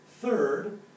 Third